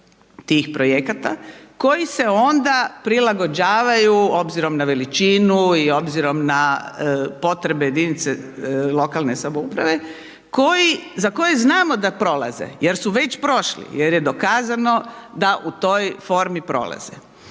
tih projekata koji se onda prilagođavaju obzirom na veličinu i obzirom na potrebe jedinice lokalne samouprave koji, za koje znamo da prolaze jer su već prošli jer je dokazano da u toj formi prolazi.